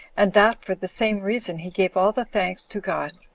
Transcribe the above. and that for the same reason he gave all the thanks to god.